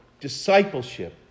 Discipleship